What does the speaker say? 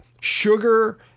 sugar